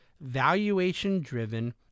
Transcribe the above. valuation-driven